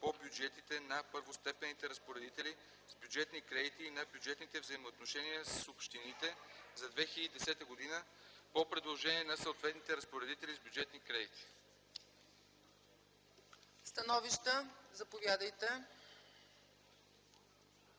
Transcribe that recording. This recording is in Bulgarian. по бюджетите на първостепенните разпоредители с бюджетни кредити и на бюджетните взаимоотношения с общините за 2010 г. по предложение на съответните разпоредители с бюджетни кредити.” ПРЕДСЕДАТЕЛ